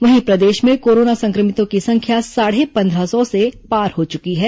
वहीं प्रदेश में कोरोना सं क्र मितों की संख्या साढ़े पंद्रह सौ से पार हो चुकी है